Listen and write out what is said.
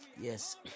Yes